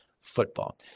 football